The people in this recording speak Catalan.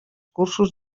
cursos